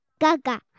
Gaga